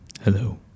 Hello